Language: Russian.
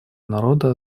народа